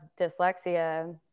dyslexia